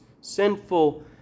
sinful